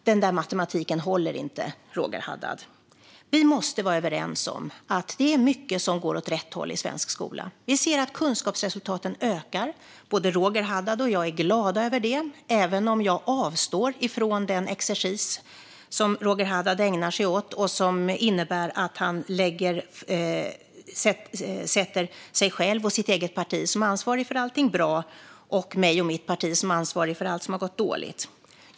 Den där matematiken håller inte, Roger Haddad. Vi måste vara överens om att det är mycket som går åt rätt håll i svensk skola. Vi ser att kunskapsresultaten ökar. Både Roger Haddad och jag är glada över det. Jag avstår dock från den exercis som Roger Haddad ägnar sig åt som innebär att han sätter sig själv och sitt eget parti som ansvariga för allting bra och mig och mitt parti som ansvariga för allt som har gått dåligt.